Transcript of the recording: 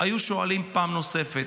היו שואלים פעם נוספת: